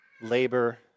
labor